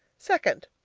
second.